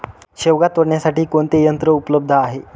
शेवगा तोडण्यासाठी कोणते यंत्र उपलब्ध आहे?